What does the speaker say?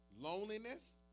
Loneliness